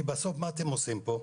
כי בסוף מה אתם עושים פה?